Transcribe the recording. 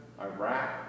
Iraq